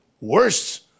Worse